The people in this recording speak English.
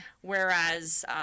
Whereas